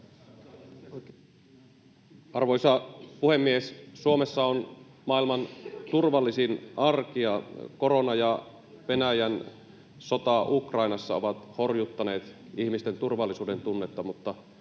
Arvoisa puhemies! Suomessa on maailman turvallisin arki. Korona ja Venäjän sota Ukrainassa ovat horjuttaneet ihmisten turvallisuudentunnetta, mutta